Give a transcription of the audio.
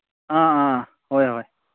ꯑꯥ ꯑꯥ ꯍꯣꯏ